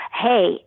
Hey